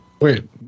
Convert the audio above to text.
Wait